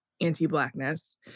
anti-blackness